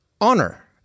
honor